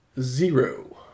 Zero